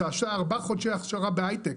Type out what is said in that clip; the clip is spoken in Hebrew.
אחרי ארבעה חודשי הכשרה בהיי-טק,